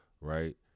right